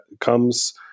comes